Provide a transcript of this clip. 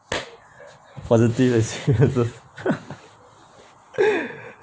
positive experiences